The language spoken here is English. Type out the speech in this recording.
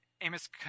Amos